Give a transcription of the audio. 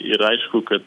ir aišku kad